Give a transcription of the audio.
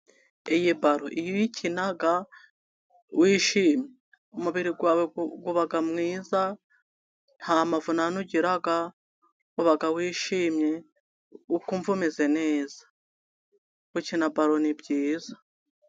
Iyi balo iyo uyikina wishimye, umubiri wawe uba mwiza, ntamavunane ugira uba wishimye, ukumva umeze neza, gukina balo ni byiza.